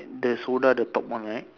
the soda the top one right